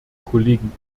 kollegen